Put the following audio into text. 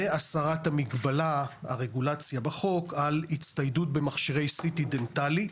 והסרת הרגולציה בחוק על הצטיידות במכשירי CT דנטלי.